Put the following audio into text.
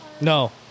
No